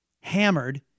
hammered